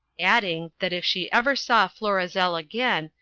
adding, that if she ever saw florizel again,